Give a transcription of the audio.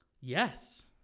Yes